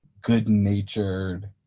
good-natured